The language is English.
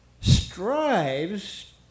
strives